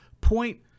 point